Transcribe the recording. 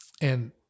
And-